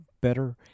better